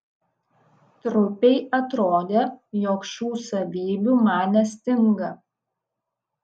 trupei atrodė jog šių savybių man nestinga